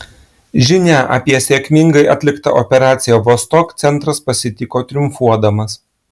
žinią apie sėkmingai atliktą operaciją vostok centras pasitiko triumfuodamas